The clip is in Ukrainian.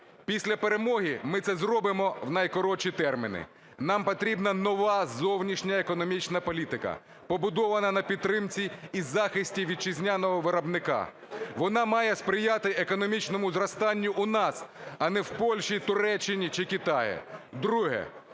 Після перемоги ми це зробимо в найкоротші терміни. Нам потрібна нова зовнішня економічна політика, побудована на підтримці і захисті вітчизняного виробника. Вона має сприяти економічному зростанню у нас, а не в Польщі, Туреччині чи Китаї.